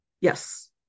Yes